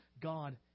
God